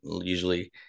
usually